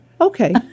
okay